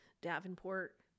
Davenport